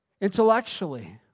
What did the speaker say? intellectually